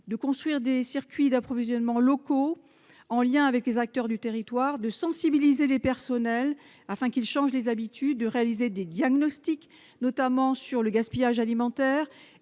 de construire des circuits d'approvisionnement locaux en lien avec les acteurs du territoire, de sensibiliser les personnels afin qu'ils changent leurs habitudes, de réaliser des diagnostics, notamment sur le gaspillage alimentaire,